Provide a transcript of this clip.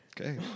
Okay